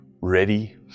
ready